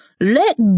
let